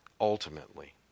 ultimately